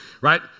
Right